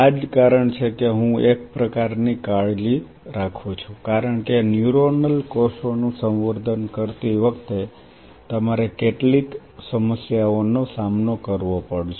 આ જ કારણ છે કે હું એક પ્રકારની કાળજી રાખું છું કારણ કે ન્યુરોનલ કોષોનું સંવર્ધન કરતી વખતે તમારે કેટલીક સમસ્યાઓનો સામનો કરવો પડશે